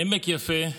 בעמק יפה,